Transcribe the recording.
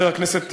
חבר הכנסת גנאים,